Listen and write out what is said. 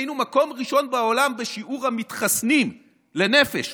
היינו מקום ראשון בעולם בשיעור המתחסנים לנפש.